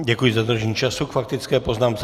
Děkuji za dodržení času k faktické poznámce.